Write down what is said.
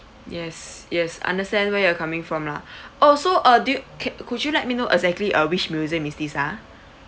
yes yes understand where you're coming from lah oh so uh do you ca~ could you let me know exactly uh which museum is this ah